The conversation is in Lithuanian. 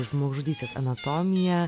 žmogžudystės anatomija